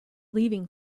leaving